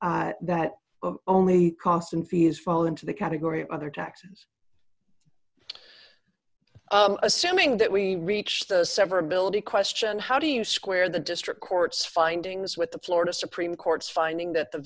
that only cost and feels fall into the category of other taxes assuming that we reach the severability question how do you square the district court's findings with the florida supreme court's finding that the